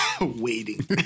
waiting